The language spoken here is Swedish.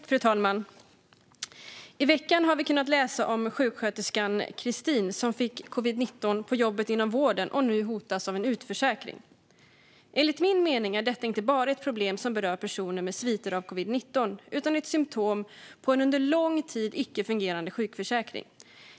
Fru talman! I veckan har vi kunnat läsa om sjuksköterskan Christine, som fick covid-19 på jobbet inom vården och nu hotas av utförsäkring. Enligt min mening är detta inte bara ett problem som berör personer med sviter av covid-19 utan ett symtom på en under lång tid icke fungerande sjukförsäkring.